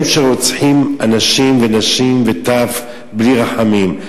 הם שרוצחים אנשים ונשים וטף בלי רחמים.